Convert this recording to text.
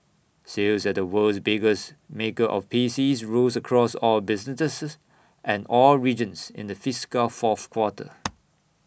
sales at the world's biggest maker of PCs rose across all businesses and all regions in the fiscal fourth quarter